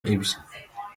ibye